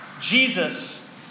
Jesus